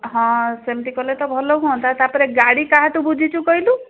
ହଁ ସେମିତି କଲେ ତ ଭଲ ହୁଅନ୍ତା ତା'ପରେ ଗାଡ଼ି କାହାଠୁ ବୁଝିଛୁ କହିଲୁ